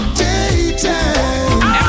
daytime